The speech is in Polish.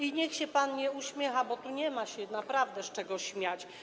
I niech się pan nie uśmiecha, bo tu nie ma się naprawdę z czego śmiać.